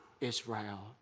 Israel